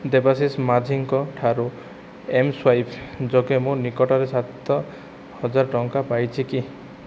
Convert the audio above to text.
ଦେବାଶିଷ ମାଝୀଙ୍କ ଠାରୁ ଏମ୍ସ୍ୱାଇପ୍ ଯୋଗେ ମୁଁ ନିକଟରେ ସାତ ହଜାର ଟଙ୍କା ପାଇଛି କି